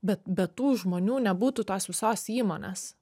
bet be tų žmonių nebūtų tos visos įmonės